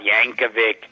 Yankovic